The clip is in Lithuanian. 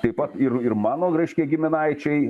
taip pat ir ir mano reiškia giminaičiai